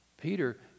Peter